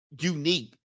unique